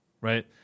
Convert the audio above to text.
Right